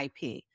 IP